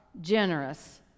generous